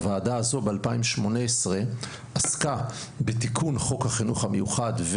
הוועדה הזאת בשנת 2018 עסקה בתיקון חוק החינוך המיוחד,